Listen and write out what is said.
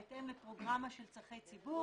בהתאם לפרוגרמה של צרכי ציבור.